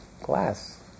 glass